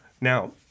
Now